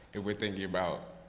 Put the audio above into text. and we're thinking about